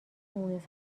مونس